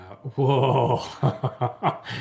Whoa